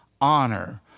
honor